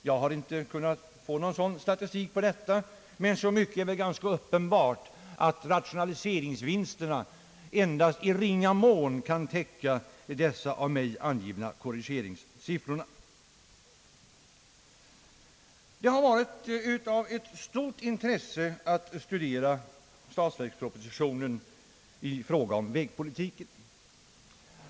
Jag har inte kunnat få någon statistik som visar hur stora vinsterna har varit, men det torde vara uppenbart att rationaliseringsvinsterna endast i ringa mån kan täcka ett belopp som motsvarar den av mig angivna korrigeringen. Det har varit av stort intresse att studera statsverkspropositionen i fråga om vägpolitiken.